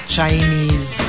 Chinese